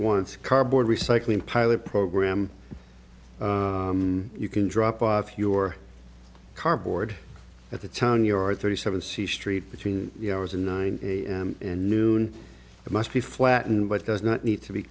to cardboard recycling pilot program you can drop off your car board at the town your thirty seven c street between the hours and nine a m and noon it must be flat and what does not need to be